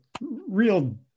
real